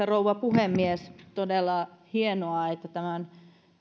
rouva puhemies on todella hienoa että tämän